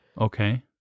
Okay